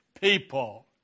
people